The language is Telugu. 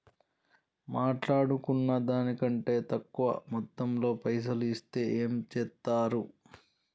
మాట్లాడుకున్న దాని కంటే తక్కువ మొత్తంలో పైసలు ఇస్తే ఏం చేత్తరు?